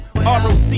ROC